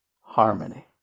harmony